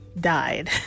died